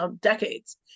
decades